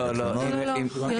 לא, היא